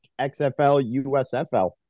XFL-USFL